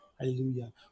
Hallelujah